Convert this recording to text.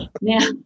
now